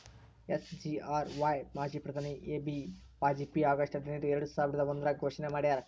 SGRY ಮಾಜಿ ಪ್ರಧಾನಿ A B Vajpayee August ಹದಿನೈದು ಎರ್ಡಸಾವಿರದ ಒಂದ್ರಾಗ ಘೋಷಣೆ ಮಾಡ್ಯಾರ